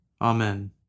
Amen